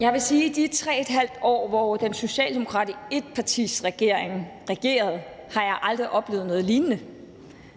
Jeg vil sige, at i de 3½ år, hvor den socialdemokratiske etpartiregering regerede, oplevede jeg aldrig noget lignende.